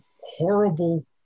horrible